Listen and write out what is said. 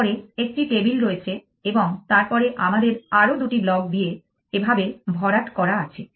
তারপরে একটি টেবিল রয়েছে এবং তারপরে আমাদের আরও দুটি ব্লক দিয়ে এভাবে ভরাট করা আছে